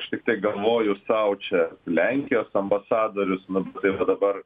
aš tiktai galvoju sau čia lenkijos ambasadorius nu tai va dabar